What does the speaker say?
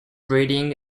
breeding